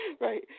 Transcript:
Right